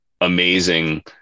amazing